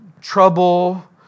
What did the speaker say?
trouble